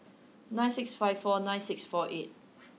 nine six five four nine six four eight